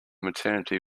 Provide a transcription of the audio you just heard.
maternity